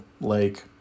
lake